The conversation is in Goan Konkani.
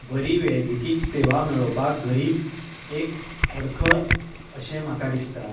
बरी वैजकीक सेवा मेळोवपाक गरीब एक अडखळ अशें म्हाका दिसता